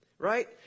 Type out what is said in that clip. Right